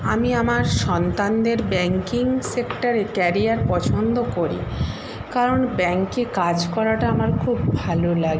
আমি আমার সন্তানদের ব্যাংকিং সেক্টারে ক্যারিয়ার পছন্দ করি কারণ ব্যাংকে কাজ করাটা আমার খুব ভালো লাগে